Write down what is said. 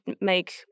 make